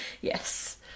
Yes